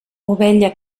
ovella